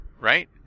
right